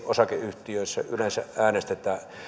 osakeyhtiöissä yleensä äänestetä